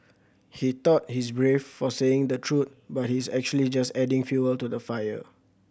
he thought he's brave for saying the truth but he's actually just adding fuel to the fire